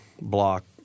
block